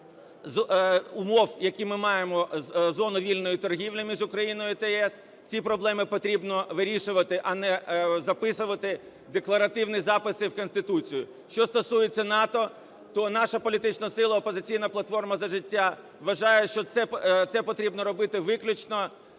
умов, які ми маємо з зоною вільної торгівлі між Україною та ЄС, ці проблеми потрібно вирішувати, а не записувати декларативні записи в Конституцію. Що стосується НАТО, то наша політична сила "Опозиційна платформа - За життя" вважає, що це потрібно робити виключно